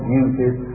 uses